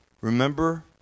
Remember